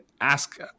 ask